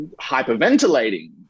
hyperventilating